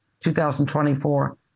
2024